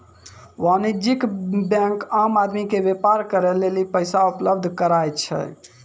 वाणिज्यिक बेंक आम आदमी के व्यापार करे लेली पैसा उपलब्ध कराय छै